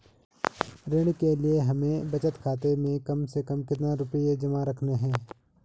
ऋण के लिए हमें बचत खाते में कम से कम कितना रुपये जमा रखने हैं?